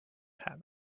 have